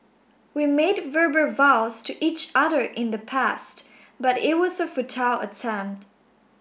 we made verbal vows to each other in the past but it was a futile attempt